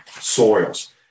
Soils